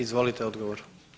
Izvolite odgovor.